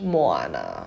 Moana